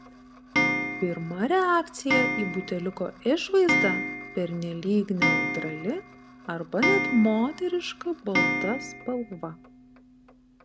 pirma reakcija į buteliuko išvaizdą pernelyg neutrali arba net moteriška balta spalva